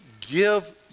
give